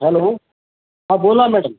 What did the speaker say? hello हा बोला madam